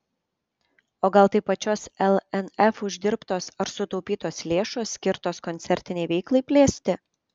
o gal tai pačios lnf uždirbtos ar sutaupytos lėšos skirtos koncertinei veiklai plėsti